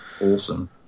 awesome